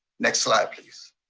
next slide please.